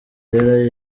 yari